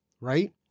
right